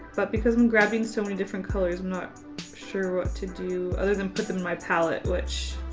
but because i'm grabbing so many different colors, i'm not sure what to do other than put them in my palette which.